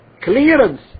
clearance